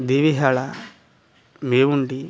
Devihal Mevundi